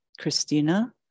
Christina